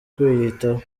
kwiyitaho